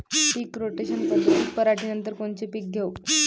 पीक rotation पद्धतीत पराटीनंतर कोनचे पीक घेऊ?